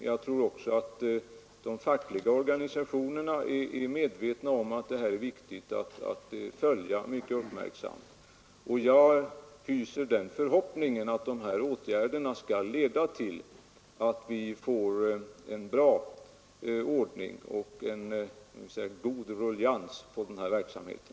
Likaså tror jag att de fackliga organisationerna är medvetna om hur viktigt det är att med stor uppmärksamhet följa dessa frågor. Min förhoppning är också att de vidtagna åtgärderna skall leda till att vi får en bra ordning och god ruljangs på verksamheten.